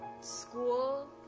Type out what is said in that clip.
school